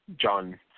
John